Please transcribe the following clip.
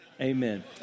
amen